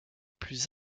plus